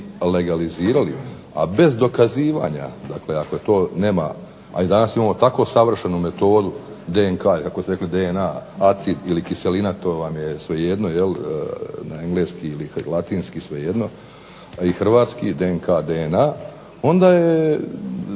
legalizirali, a bez dokazivanja. Dakle, ako to nema, a i danas imamo tako savršenu metodu DNK ili kako ste rekli DNA, acid ili kiselina to vam je svejedno na engleski ili latinski svejedno. A i hrvatski je DNK DNA onda je